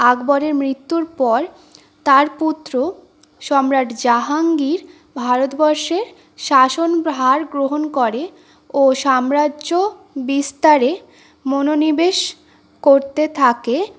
আকবরের মৃত্যুর পর তার পুত্র সম্রাট জাহাঙ্গীর ভারতবর্ষের শাসনভার গ্রহণ করে ও সাম্রাজ্য বিস্তারে মনোনিবেশ করতে থাকে